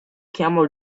camel